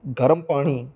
ਗਰਮ ਪਾਣੀ